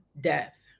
death